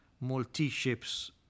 multi-ships